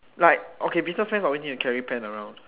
like okay businessman always need carry pen around